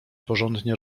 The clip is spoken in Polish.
porządnie